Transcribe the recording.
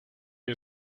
you